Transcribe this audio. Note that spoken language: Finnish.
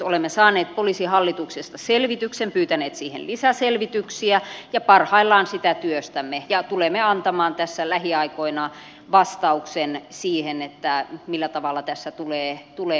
olemme saaneet poliisihallitukselta selvityksen ja pyytäneet siihen lisäselvityksiä ja parhaillaan sitä työstämme ja tulemme antamaan tässä lähiaikoina vastauksen siihen millä tavalla tässä tulee menetellä